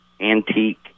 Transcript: antique